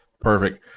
Perfect